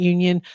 Union